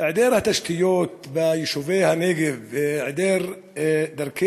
היעדר תשתיות ביישובי הנגב והיעדר דרכי